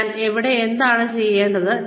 ഞാൻ ഇവിടെ എന്താണ് ചെയ്യേണ്ടത്